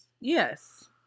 Yes